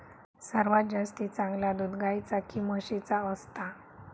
सर्वात जास्ती चांगला दूध गाईचा की म्हशीचा असता?